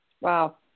Wow